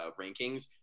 rankings